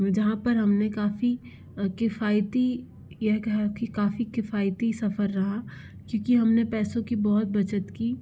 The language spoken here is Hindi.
जहाँ पर हम ने काफ़ी किफ़ायती यह कहे कि काफ़ी किफ़ायती सफ़र रहा क्योंकि हम ने पैसों की बहुत बचत की